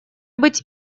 быть